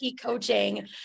coaching